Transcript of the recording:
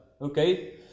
Okay